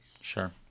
Sure